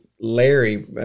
Larry